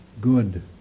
good